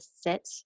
sit